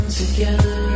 together